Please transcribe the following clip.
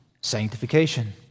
sanctification